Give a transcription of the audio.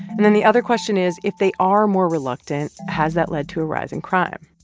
and then the other question is, if they are more reluctant, has that led to a rise in crime.